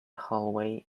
hallway